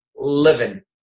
living